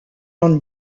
and